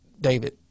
David